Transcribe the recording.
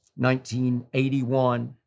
1981